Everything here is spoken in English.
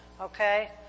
Okay